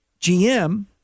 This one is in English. GM